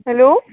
hello